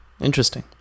interesting